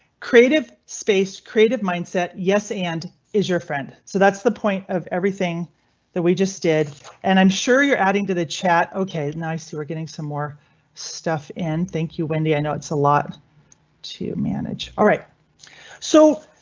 creative space, creative mindset. yes, and is your friend, so that's the point of everything that we just did and i'm sure you're adding to the chat. ok, then i see we're getting some more stuff in. and thank you, wendy. i know it's a lot to manage all right so?